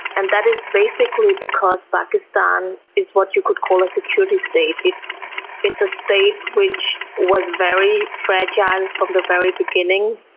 and that is basically because pakistan is what you could call a security state, its its estate which was very fragile from the very beginning,